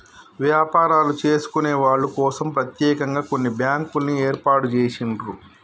వ్యాపారాలు చేసుకునే వాళ్ళ కోసం ప్రత్యేకంగా కొన్ని బ్యాంకుల్ని ఏర్పాటు చేసిండ్రు